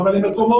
אבל אלו מקומות